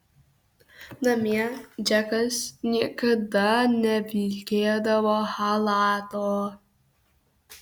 namie džekas niekada nevilkėdavo chalato